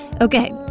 Okay